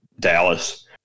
Dallas